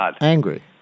angry